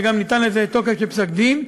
וגם ניתן לזה תוקף של פסק-דין,